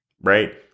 right